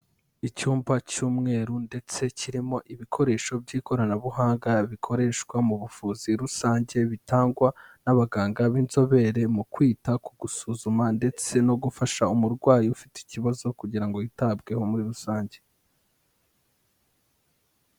Icyumba cy'umweru ndetse kirimo ibikoresho by'ikoranabuhanga bikoreshwa mu buvuzi rusange bitangwa n'abaganga b'inzobere mu kwita ku gusuzuma ndetse no gufasha umurwayi ufite ikibazo kugira ngo yitabweho muri rusange.